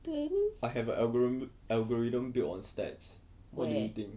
I have a algori~ algorithm built on stats what do you think